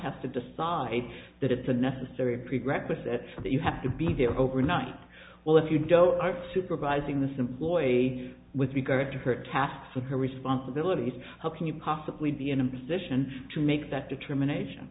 has to decide that it's a necessary prerequisite for that you have to be there overnight well if you don't want supervising this employee with regard to her tasks with her responsibilities how can you possibly be in a position to make that determination